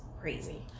crazy